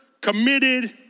committed